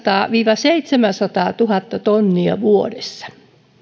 viiva seitsemänsataatuhatta tonnia vuodessa